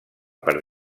per